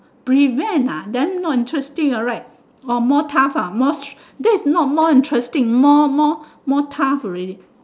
prevent ah then not interesting right or more tough that's not more interesting more more more tough already